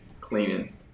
Cleaning